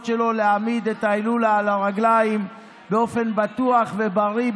שלו להעמיד את ההילולה על הרגליים באופן בטוח ובריא.